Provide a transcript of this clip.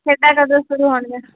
ਖੇਡਾਂ ਕਦੋਂ ਸ਼ੁਰੂ ਹੋਣਗੀਆਂ